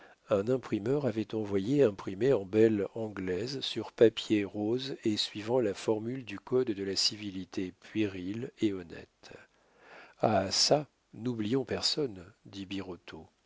un imprimeur avait envoyées imprimées en belle anglaise sur papier rose et suivant la formule du code de la civilité puérile et honnête ah çà n'oublions personne dit